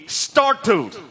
startled